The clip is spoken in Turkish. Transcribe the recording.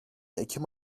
ekim